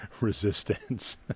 resistance